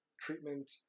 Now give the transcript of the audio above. treatment